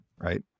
right